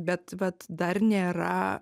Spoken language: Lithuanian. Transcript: bet vat dar nėra